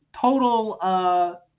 total